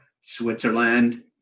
Switzerland